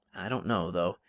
i don't know, though.